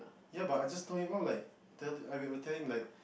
ya but I just told him oh like tell I will tell him like